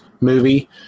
movie